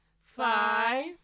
five